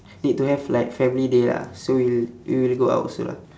need to have like family day lah so we'll we will go out also lah